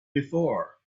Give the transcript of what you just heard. before